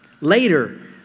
later